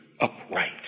upright